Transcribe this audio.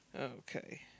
Okay